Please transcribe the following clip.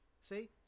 see